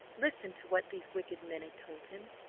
listened to what these wicked men had told him,